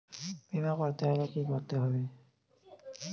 বিমা করতে হলে কি করতে হবে?